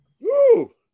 Woo